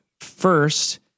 first